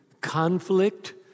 conflict